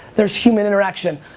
there's human interaction,